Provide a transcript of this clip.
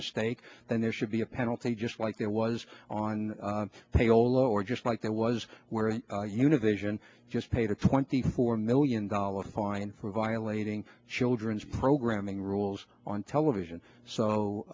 mistake then there should be a penalty just like there was on payroll or just like there was where univision just paid a twenty four million dollars fine for violating children's programming rules on television so